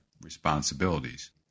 responsibilities